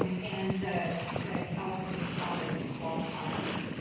and the the california promise qualifiers.